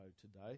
today